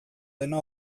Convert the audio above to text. dena